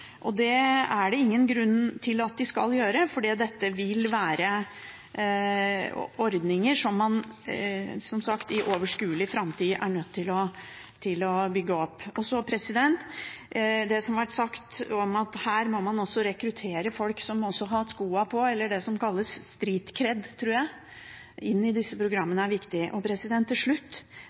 nedlagt. Det er det ingen grunn til at det skal gjøre, for dette vil være ordninger som man – som sagt – i overskuelig framtid er nødt til å bygge opp. Det som har vært sagt om at her må man også rekruttere folk som har hatt skoene på – eller som har det som kalles «street cred», tror jeg – inn i disse programmene, er viktig. Til slutt: